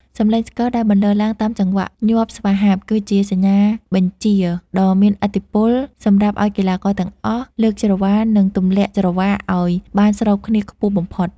សំឡេងស្គរដែលបន្លឺឡើងតាមចង្វាក់ញាប់ស្វាហាប់ គឺជាសញ្ញាបញ្ជាដ៏មានឥទ្ធិពលសម្រាប់ឱ្យកីឡាករទាំងអស់លើកច្រវា និងទម្លាក់ច្រវាឱ្យបានស្របគ្នាខ្ពស់បំផុត